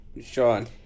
Sean